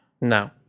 No